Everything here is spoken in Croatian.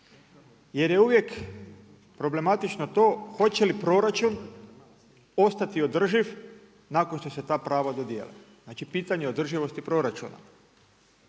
jer je uvijek problematično to hoće li proračun ostati održiv nakon šta se ta prava dodijele, znači pitanje održivosti proračuna.